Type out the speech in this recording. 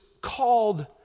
called